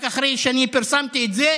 רק אחרי שאני פרסמתי את זה,